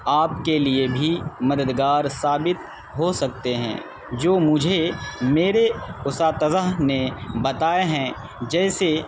آپ کے لیے بھی مددگار ثابت ہو سکتے ہیں جو مجھے میرے اساتذہ نے بتائے ہیں جیسے